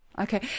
Okay